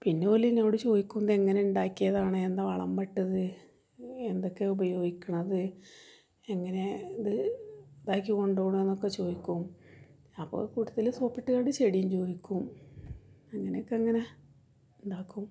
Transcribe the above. പിന്നെ ഓലെന്നോട് ചോദിക്കും ഇതെങ്ങനെ ഉണ്ടാക്കിയതാണ് എന്താ വളമിട്ടത് എന്തൊക്കെയാണ് ഉപയോഗിക്കുന്നത് എങ്ങനെ ഇത് ഇതാക്കി കൊണ്ട് പോകുന്നേന്നൊക്കെ ചോദിക്കും അപ്പോള് കൂട്ടത്തില് സോപ്പിട്ടുകൊണ്ട് ചെടിയും ചോദിക്കും അങ്ങനെക്കങ്ങനെ ഇതാക്കും